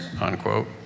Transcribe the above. unquote